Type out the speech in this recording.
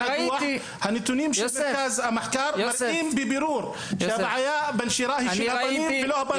הנתונים של מרכז המחקר מראים בבירור שהבעיה היא של הבנים ולא של הבנות.